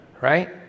Right